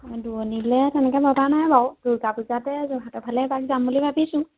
দুৱনিলে তেনেকে ভবা নাই বাৰু দুৰ্গা পূজাতে যোৰহাটৰ ফালে এপাক যাম বুলি ভাবিছোঁ